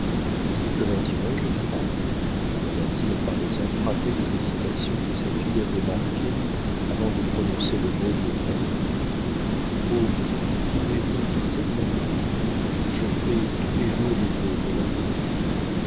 et que leur dirai-je de ta part demanda-t-il en paraissant frappé de l'hésitation que sa fille avait marquée avant de prononcer le mot de mère oh pouvez-vous douter de mon âme je fais tous les jours des vœux pour leur bonheur